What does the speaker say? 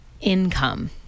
income